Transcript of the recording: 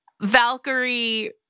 Valkyrie-